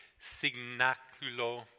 signaculo